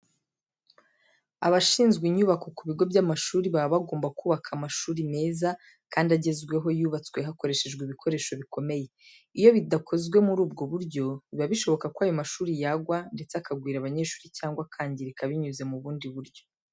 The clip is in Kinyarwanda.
Abashinzwe inyubako ku bigo by'amashuri baba bagomba kubaka amashuri meza kandi agezweho yubatswe hakoreshejwe ibikoresho bikomeye. Iyo bitakozwe muri ubwo buryo, biba bishoboka ko ayo mashuri yagwa, ndetse akagwira abanyeshuri cyangwa akangirika binyuze mu bundi buryo.